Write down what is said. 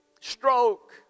stroke